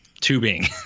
tubing